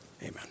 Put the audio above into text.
amen